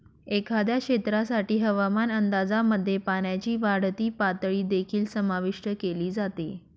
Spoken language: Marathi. एखाद्या क्षेत्रासाठी हवामान अंदाजामध्ये पाण्याची वाढती पातळी देखील समाविष्ट केली जाते